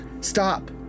Stop